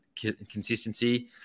consistency